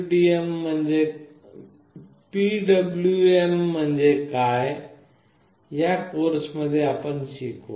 PWM म्हणजे काय या कोर्सेमध्य आपण शिकू